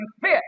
fit